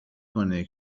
کنه